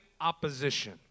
opposition